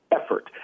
effort